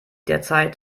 derzeit